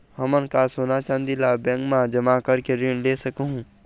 हमन का सोना चांदी ला बैंक मा जमा करके ऋण ले सकहूं?